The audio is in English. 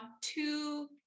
two